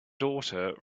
daughter